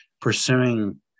pursuing